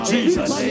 Jesus